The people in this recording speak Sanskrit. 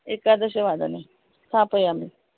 एकादशवादने स्थापयामि